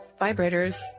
vibrators